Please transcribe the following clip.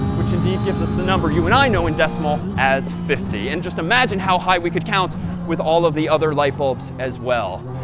which indeed gives us the number you and i know in decimal as fifty. and just imagine how high we could count with all of the other light bulbs as well.